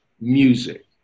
music